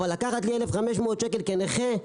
אבל לקחת לי 1,500 שקל כנכה,